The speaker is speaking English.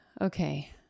Okay